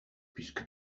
puisque